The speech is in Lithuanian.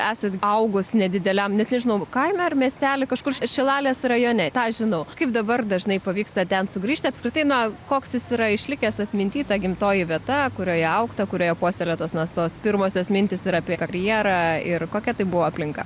esat augus nedideliam net nežinau kaime ar miestely kažkur ši šilalės rajone tą žinau kaip dabar dažnai pavyksta ten sugrįžti apskritai na koks jis yra išlikęs atminty ta gimtoji vieta kurioje augta kurioje puoselėtos nas tos pirmosios mintys ir apie karjerą ir kokia tai buvo aplinka